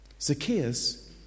Zacchaeus